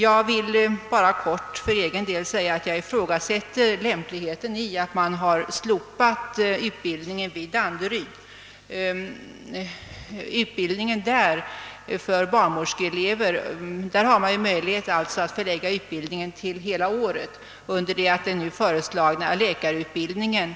Jag vill för egen del endast helt kort säga att jag ifrågasätter lämpligheten av att utbildningen för barnmorskeelever vid Danderyds sjukhus slopas. Där finns ju möjlighet att bedriva utbildning under hela året, medan den nu föreslagna läkarutbildningen,